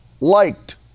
liked